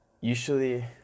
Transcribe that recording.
usually